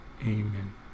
Amen